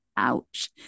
Ouch